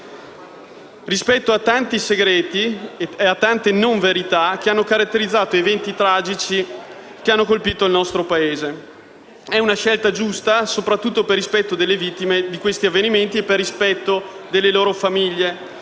rispetto a tanti segreti e a tante non verità che hanno caratterizzato eventi tragici che hanno colpito il nostro Paese. È una scelta giusta, soprattutto per rispetto delle vittime di questi avvenimenti e per rispetto delle loro famiglie.